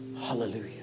Hallelujah